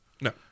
No